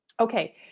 Okay